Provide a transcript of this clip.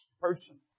person